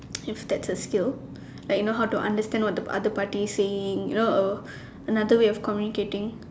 if that's a skill like you know how to understand what the other party is saying you know uh another way of communicating